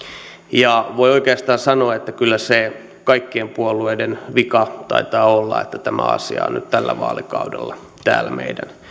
ja voi oikeastaan sanoa että kyllä se kaikkien puolueiden vika taitaa olla että tämä asia on nyt tällä vaalikaudella täällä meidän